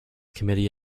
committee